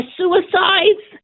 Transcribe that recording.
suicides